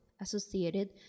associated